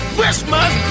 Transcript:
Christmas